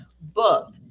book